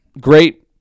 Great